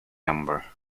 number